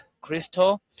crystal